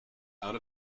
out